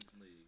League